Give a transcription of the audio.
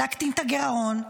להקטין את הגירעון,